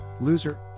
loser